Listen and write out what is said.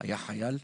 היה חייל,